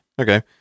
Okay